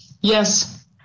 Yes